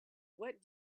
what